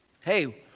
hey